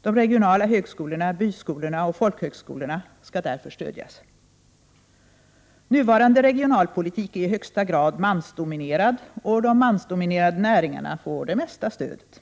De regionala högskolorna, byskolorna och folkhögskolorna skall därför stödjas. Nuvarande regionalpolitik är i högsta grad mansdominerad, och de mansdominerade näringarna får det mesta stödet.